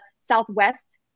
Southwest